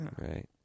Right